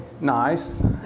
nice